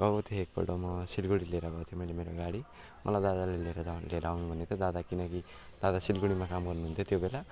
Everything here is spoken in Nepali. गएको थिएँ एक पल्ट म सिलगढी लिएर गएको थिएँ मैले मेरो गाडी मलाई दादाले लिएर जाऊ लिएर आउनु भनेको थियो दादा किनकि दादा सिलगढीमा काम गर्नु हुन्थ्यो त्यो बेला